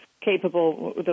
capable